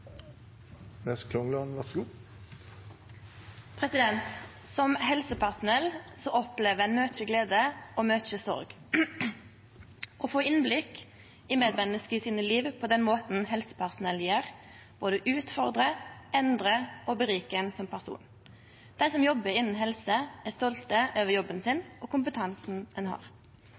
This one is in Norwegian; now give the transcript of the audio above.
Som helsepersonell opplever ein mykje glede og mykje sorg. Å få innblikk i livet til medmenneske på den måten helsepersonell gjer, både utfordrar og endrar ein og gjer ein rikare som person. Dei som jobbar innanfor helse, er stolte av jobben sin og kompetansen dei har.